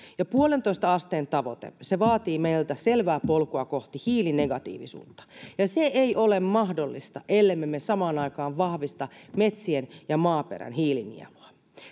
pilkku viiteen asteen tavoite vaatii meiltä selvää polkua kohti hiilinegatiivisuutta ja se ei ole mahdollista ellemme me samaan aikaan vahvista metsien ja maaperän hiilinielua